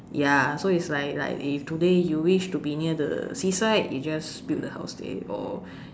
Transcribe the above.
ya so it's like like if today you wish to be near the seaside you just build the house there or